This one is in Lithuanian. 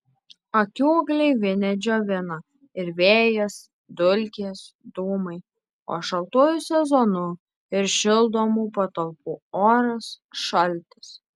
akių gleivinę džiovina ir vėjas dulkės dūmai o šaltuoju sezonu ir šildomų patalpų oras šaltis